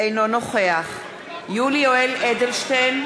אינו נוכח יולי יואל אדלשטיין,